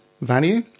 value